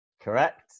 Correct